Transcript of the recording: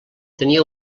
tenia